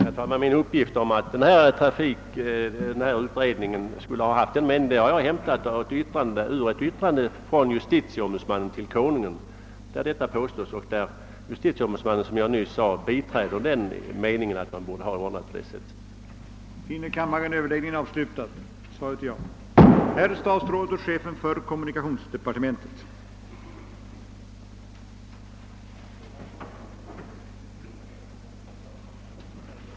Herr talman! Min uppgift om att denna trafiknykterhetskommitté skulle haft den meningen har jag hämtat ur ett yttrande från justitieombudsmannen till Konungen. I detta biträdde justitieombudsmannen — som jag sade — uppfattningen att man borde ha ordnat saken på det sättet.